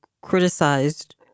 criticized